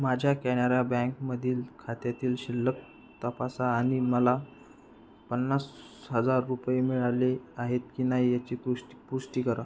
माझ्या कॅनरा बँकमधील खात्यातील शिल्लक तपासा आनि मला पन्नास हजार रुपये मिळाले आहेत की नाही याची पुश पुष्टी करा